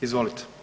Izvolite.